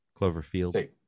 cloverfield